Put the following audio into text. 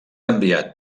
enviat